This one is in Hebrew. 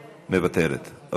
מוותרת.